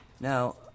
Now